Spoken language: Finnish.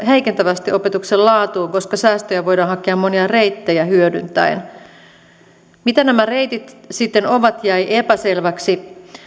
heikentävästi opetuksen laatuun koska säästöjä voidaan hakea monia reittejä hyödyntäen se mitä nämä reitit sitten ovat jäi epäselväksi